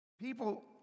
People